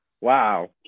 Wow